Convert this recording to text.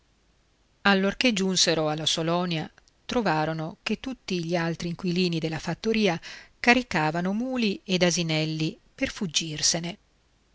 peperito allorché giunsero alla salonia trovarono che tutti gli altri inquilini della fattoria caricavano muli ed asinelli per fuggirsene